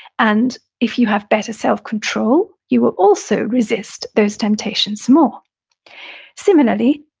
and if you have better self-control, you will also resist those temptations more similarly,